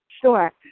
Sure